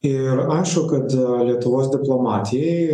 ir aišku kad lietuvos diplomatijai